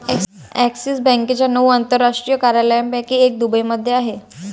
axis बँकेच्या नऊ आंतरराष्ट्रीय कार्यालयांपैकी एक दुबईमध्ये आहे